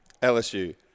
LSU